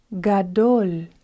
gadol